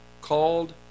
called